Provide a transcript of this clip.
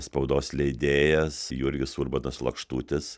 spaudos leidėjas jurgis urbonas lakštutis